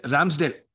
Ramsdale